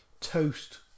toast